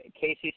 Casey